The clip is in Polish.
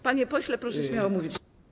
Panie pośle, proszę śmiało mówić.